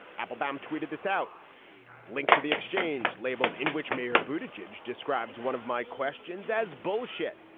appelbaum tweeted this out link to the exchange labled in which mayor booted jej describes one of my questions as bullshit.